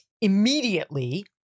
immediately